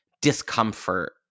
discomfort